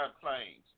claims